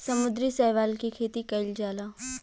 समुद्री शैवाल के खेती कईल जाला